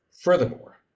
Furthermore